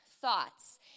thoughts